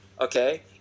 Okay